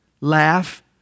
laugh